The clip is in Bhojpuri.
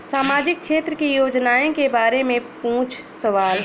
सामाजिक क्षेत्र की योजनाए के बारे में पूछ सवाल?